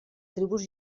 tribus